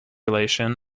relation